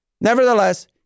Nevertheless